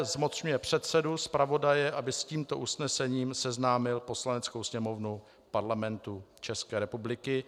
Zmocňuje předsedu, zpravodaje, aby s tímto usnesením seznámil Poslaneckou sněmovnu Parlamentu České republiky.